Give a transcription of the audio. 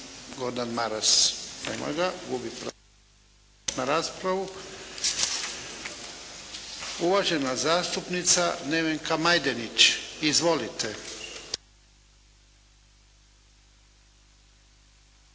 Gordan Maras. Nema ga, gubi pravo na raspravu. Uvažena zastupnica Nevenka Majdenić. Izvolite.